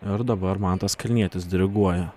ir dabar mantas kalnietis diriguoja